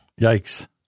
yikes